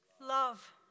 love